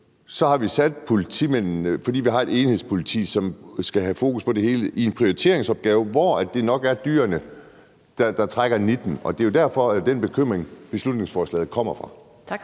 så har vi givet politimændene – fordi vi har et enhedspoliti, som skal have fokus på det hele – en prioriteringsopgave, hvor det er nok er dyrene, der trækker nitten. Og det er jo den bekymring, beslutningsforslaget bunder i. Kl.